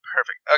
Perfect